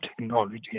technology